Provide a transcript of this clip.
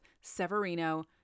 Severino